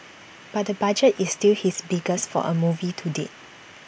but the budget is still his biggest for A movie to date